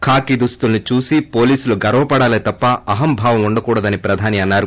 ఖాకీ దుస్తులను చూసి పోలీసులు గర్వపడాలే తప్ప అహంభావం ఉండకూడదని ప్రధాని అన్నారు